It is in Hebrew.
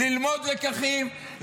ללמוד לקחים,